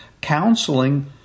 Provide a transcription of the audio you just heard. counseling